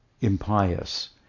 impious